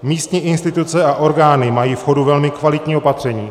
Místní instituce a orgány mají v chodu velmi kvalitní opatření.